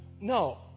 no